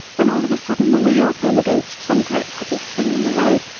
when all of a sudden the wheel came against some great heavy thing in the road,